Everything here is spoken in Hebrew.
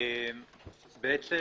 בעצם,